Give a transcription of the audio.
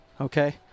Okay